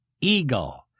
eagle